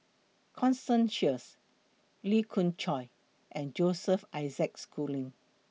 Constance Sheares Lee Khoon Choy and Joseph Isaac Schooling